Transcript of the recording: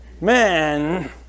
Man